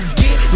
get